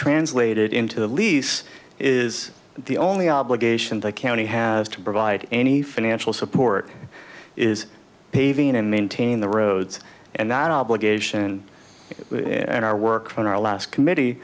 translated into the lease is the only obligation the county has to provide any financial support is paving and maintain the roads and that obligation and our work on our last committee